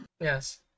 Yes